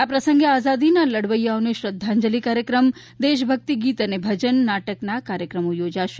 આ પ્રસંગે આઝાદીના લડવૈયાઓને શ્રદ્ધાંજલી કાર્યક્રમ દેશભક્તિ ગીત અને ભજન નાટકના કાર્યક્રમો યોજાશે